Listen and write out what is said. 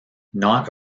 not